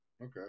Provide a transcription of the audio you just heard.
Okay